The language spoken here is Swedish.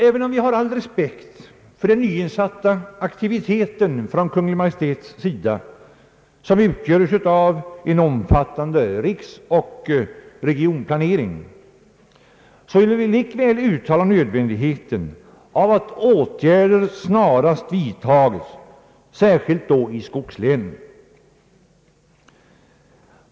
Även om vi har all respekt för den nyinsatta aktiviteten från Kungl. Maj:ts sida, som utgöres av en omfattande riksoch regionplanering, vill vi uttala nödvändigheten av att åtgärder snarast vidtas, särskilt då i skogslänen.